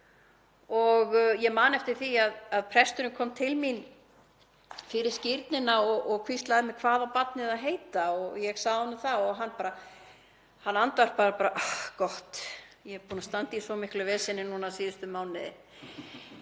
Ég man eftir því að presturinn kom til mín fyrir skírnina og spurði hvað barnið ætti að heita. Ég sagði honum það og hann andvarpaði: Gott, ég er búinn að standa í svo miklu veseni núna síðustu mánuði.